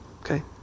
Okay